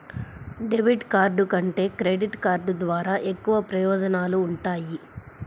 debit card కంటే credit card ద్వారా ఎక్కువ ప్రయోజనాలు వుంటయ్యి